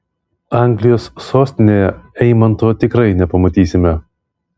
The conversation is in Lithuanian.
anglijos sostinėje eimanto tikrai nepamatysime